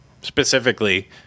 specifically